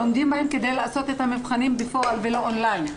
הם לומדים כדי להיבחן שם בפועל ולא און-ליין.